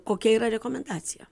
kokia yra rekomendacija